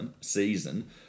season